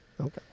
okay